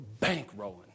bankrolling